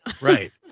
Right